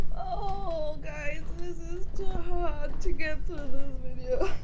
oh guys this is too hard to get through this video